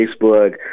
Facebook